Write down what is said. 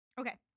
Okay